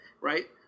right